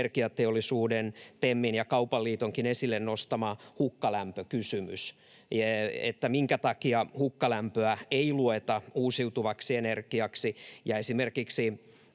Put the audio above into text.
Energiateollisuuden, TEMin ja Kaupan liitonkin esille nostama hukkalämpökysymys, että minkä takia hukkalämpöä ei lueta uusiutuvaksi energiaksi. Esimerkiksi